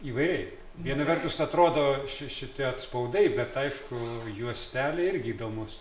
įvairiai viena vertus atrodo ši šitie atspaudai bet aišku juostelė irgi įdomus